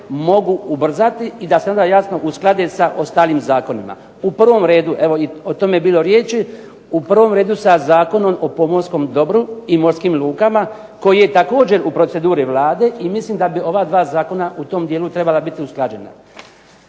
mogu ubrzati i da se onda jasno usklade sa ostalim zakonima. U prvom redu, i o tome je bilo riječi, u prvom redu sa Zakonom o pomorskom dobru i morskim lukama koji je također u proceduri Vlade i mislim da bi ova dva zakona u tom dijelu trebala biti usklađena.